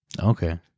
Okay